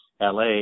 LA